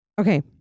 Okay